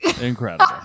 Incredible